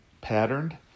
patterned